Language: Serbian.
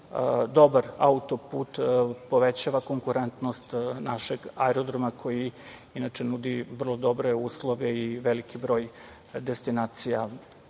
dobar auto-put povećava konkurentnost našeg aerodroma koji inače nudi vrlo dobre uslove i veliki broj destinacija u